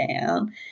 down